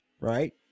right